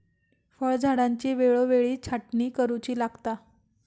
फळझाडांची वेळोवेळी छाटणी करुची लागता